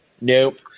nope